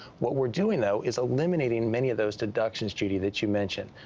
what we're doing, though, is eliminating many of those deductions, judy, that you mentioned.